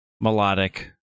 melodic